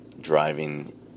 driving